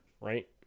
Right